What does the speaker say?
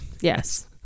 Yes